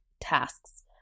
tasks